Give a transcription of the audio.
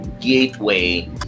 gateway